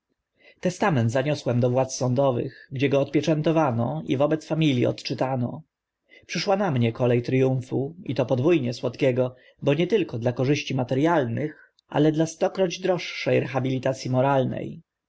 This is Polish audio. testament zaniosłem do władz sądowych gdzie go odpieczętowano i wobec familii testament odczytano przyszła na mnie kole tryumfu i to podwó nie słodkiego bo nie tylko dla korzyści materialnych ale dla stokroć droższe rehabilitac i moralne